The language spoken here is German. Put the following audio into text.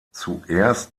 zuerst